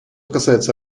касается